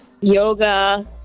yoga